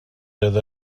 fydd